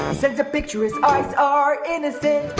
sends a picture, his eyes are innocent.